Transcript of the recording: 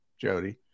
jody